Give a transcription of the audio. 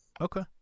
Okay